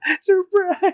Surprise